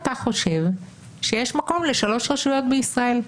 אתה חושב שיש מקום לשלוש רשויות בישראל.